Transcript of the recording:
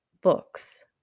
books